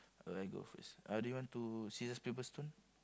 uh I go first uh do you want to scissors paper stone